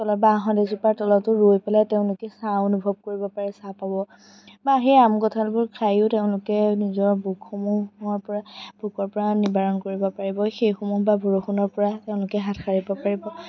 বাঁহগছ এজোপাৰ তলতো ৰৈ পেলাই তেওঁলোকে ছাঁ অনুভৱ কৰিব পাৰে ছাঁ হ'ব বা সেই আম কঠালবোৰো খায়ো তেওঁলোকে নিজৰ ভোকসমূৰ পৰা ভোকৰ পৰা নিবাৰণ কৰিব পাৰিব সেইসমূহ বা বৰষুণৰ পৰা তেওঁলোকে হাত সাৰিব পাৰিব